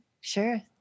sure